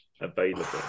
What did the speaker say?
available